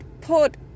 put